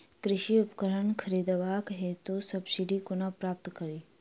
कृषि उपकरण खरीदबाक हेतु सब्सिडी कोना प्राप्त कड़ी?